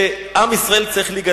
שעם ישראל צריך להיגאל.